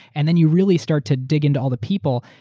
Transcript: and then you really start to dig into all the people.